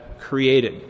created